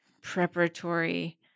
preparatory